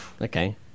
Okay